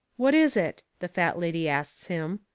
what is it? the fat lady asts him.